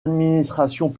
administrations